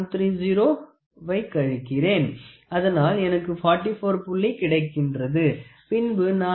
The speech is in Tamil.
130 வை கழிக்கிறேன் அதனால் எனக்கு 44 புள்ளி கிடைக்கிறது பின்பு நான் 4